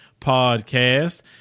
podcast